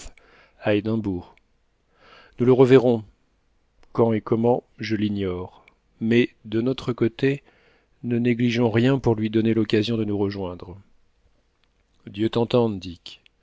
nous le reverrons quand et comment je l'ignore mais de notre côté ne négligeons rien pour lui donner l'occasion de nous rejoindre dieu t'entende dick